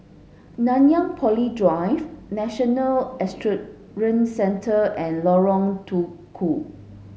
Nanyang Poly Drive National Centre and Lorong Tukol